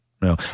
no